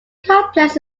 complex